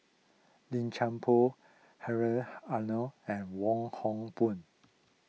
Lim Chuan Poh Hedwig Anuar and Wong Hock Boon